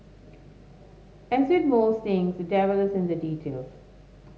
as with most things the devil is in the details